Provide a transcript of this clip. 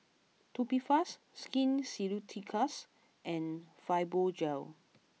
Tubifast Skin Ceuticals and Fibogel